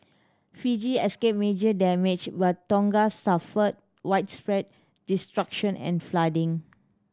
Fiji escaped major damage but Tonga suffered widespread destruction and flooding